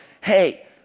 hey